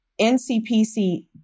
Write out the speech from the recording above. NCPC